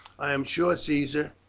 i am sure, caesar,